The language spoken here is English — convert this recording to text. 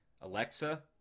Alexa